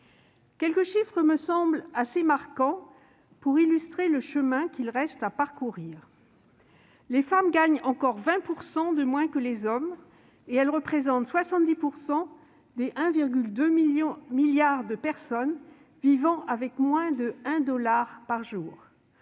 Quelques chiffres me semblent assez marquants pour illustrer le chemin qu'il reste à parcourir : les femmes gagnent encore 20 % de moins que les hommes et elles représentent 70 % des 1,2 milliard de personnes vivant avec moins de un dollar par jour